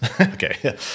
okay